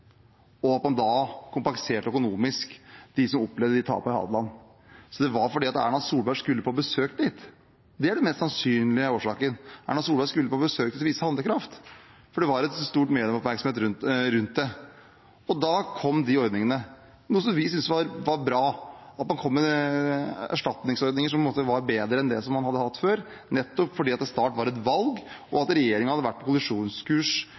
og man kompenserte da økonomisk dem som opplevde tapene på Hadeland. Det var fordi Erna Solberg skulle på besøk dit. Det er den mest sannsynlige årsaken. Erna Solberg skulle på besøk og vise handlekraft. For det var stor medieoppmerksomhet rundt det. Da kom de ordningene, noe som vi syntes var bra, det var bra at man kom med erstatningsordninger som var bedre enn det man hadde hatt før – nettopp fordi det snart var valg, og at regjeringen hadde vært på kollisjonskurs